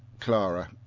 Clara